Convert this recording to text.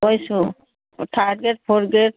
কৰিছোঁ third grade fourth grade